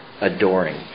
adoring